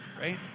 right